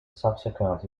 subsequent